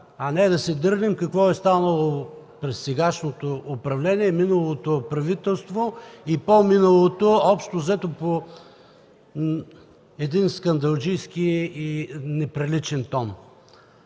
а не да се дървим какво е станало през сегашното управление, миналото правителство и по-миналото, общо взето с един скандалджийски и неприличен тон.